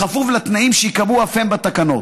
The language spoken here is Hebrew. בכפוף לתנאים שייקבעו אף הם בתקנות.